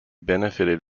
benefited